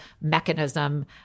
mechanism